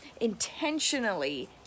intentionally